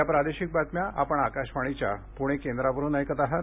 या प्रादेशिक बातम्या आपण आकाशवाणीच्या पुणे केंद्रावरुन ऐकत आहात